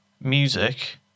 music